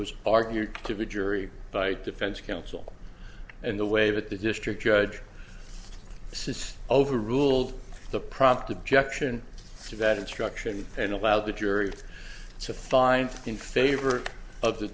was argued to the jury by defense counsel and the way that the district judge says overruled the prompt objection to that instruction and allowed the jury to find in favor of the